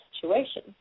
situation